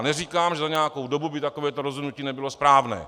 Neříkám, že za nějakou dobu by takovéto rozhodnutí nebylo správné.